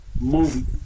movie